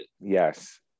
Yes